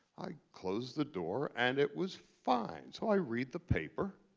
i closed the door and it was fine. so i read the paper.